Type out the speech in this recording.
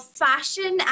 fashion